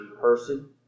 person